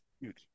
Huge